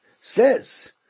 says